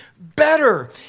better